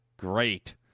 Great